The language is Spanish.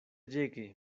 llegue